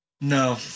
no